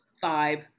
five